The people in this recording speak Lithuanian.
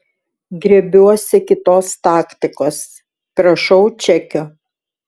griebiuosi kitos taktikos prašau čekio